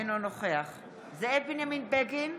אינו נוכח זאב בנימין בגין,